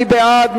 מי בעד?